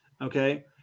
okay